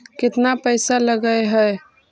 केतना पैसा लगय है?